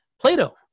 Plato